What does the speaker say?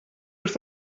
wrth